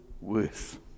worse